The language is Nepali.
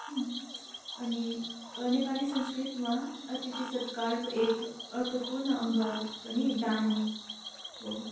अनि नेपाली संस्कृतमा अतिथि सत्कारको एक अर्थपूर्ण अङ्ग पनि दान हो